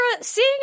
seeing